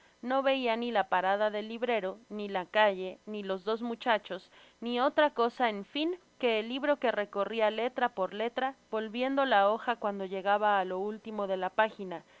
no veia ni la parada del librero ni la calle ni los dos muchachos ni otra cosa en fin que el libro que recorria letra por letra volviendo la hoja cuando llegaba á lo último de la página